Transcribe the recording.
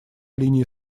линии